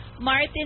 Martin